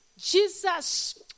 Jesus